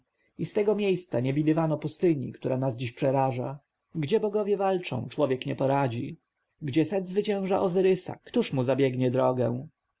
z tego miejsca nie widywano pustyni która nas dziś przeraża gdzie bogowie walczą człowiek nie poradzi gdzie set zwycięża ozyrysa któż mu zabiegnie drogę